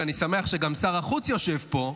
ואני שמח שגם שר החוץ יושב פה,